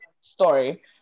story